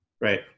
Right